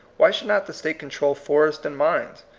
why should not the state control forests and mines?